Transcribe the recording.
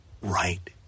right